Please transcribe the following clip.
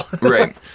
Right